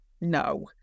no